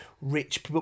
rich